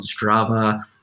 Strava